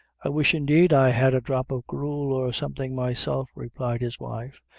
i wish, indeed, i had a drop o' gruel or something myself, replied his wife,